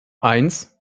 eins